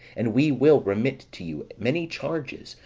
and we will remit to you many charges,